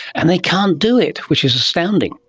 and they can't do it, which is astounding.